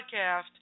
podcast